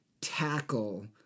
tackle